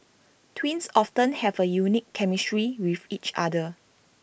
twins often have A unique chemistry with each other